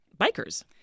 bikers